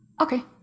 Okay